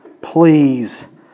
Please